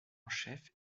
chef